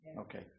okay